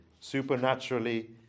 supernaturally